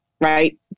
right